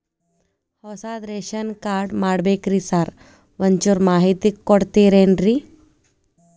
ಹೊಸದ್ ration card ಮಾಡ್ಬೇಕ್ರಿ sir ಒಂಚೂರ್ ಮಾಹಿತಿ ಕೊಡ್ತೇರೆನ್ರಿ?